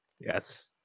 Yes